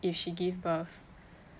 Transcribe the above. if she gave birth